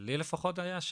לי לפחות היה,